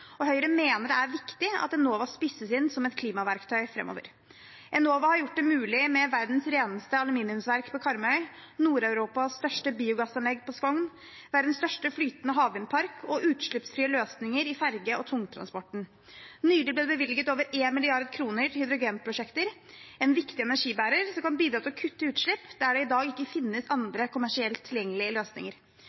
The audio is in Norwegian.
og Høyre mener det er viktig at Enova spisses inn som et klimaverktøy framover. Enova har gjort det mulig med verdens reneste aluminiumsverk på Karmøy, Nord-Europas største biogassanlegg på Skogn, verdens største flytende havvindpark og utslippsfrie løsninger i ferge- og tungtransporten. Nylig ble det bevilget over 1 mrd. kr til hydrogenprosjekter – en viktig energibærer som kan bidra til å kutte utslipp der det i dag ikke finnes andre kommersielt tilgjengelige løsninger.